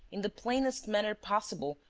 in the plainest manner possible,